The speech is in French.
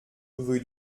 rue